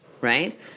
Right